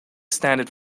standard